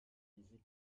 easy